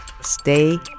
Stay